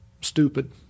stupid